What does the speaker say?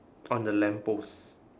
on the lamppost